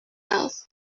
else